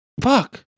Fuck